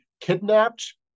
kidnapped